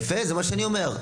יפה, זה מה שאני אומר.